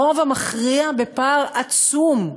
הרוב המכריע, בפער עצום,